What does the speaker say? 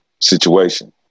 situation